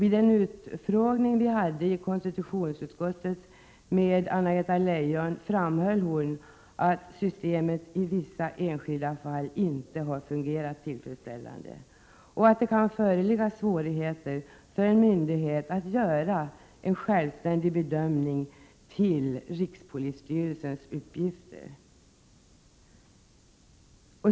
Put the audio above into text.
Vid en utfrågning vi hade i konstitutionsutskottet med Anna-Greta Leijon framhöll hon att systemet i vissa enskilda fall inte har fungerat tillfredsställande och att det kan föreligga svårigheter för en myndighet att göra en självständig bedömning i förhållande till rikspolisstyrelsens uppgifter.